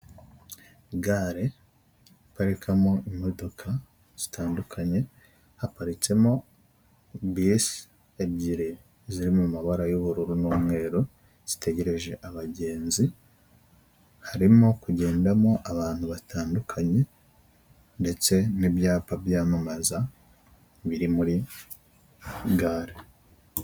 Gare Baparikamo imodoka zitandukanye haparitsemo bisi ebyiri ziri mu mabara y'ubururu n'umweru zitegereje abagenzi harimo kugendamo abantu batandukanye ndetse n'ibyapa byamamaza biri muri gare.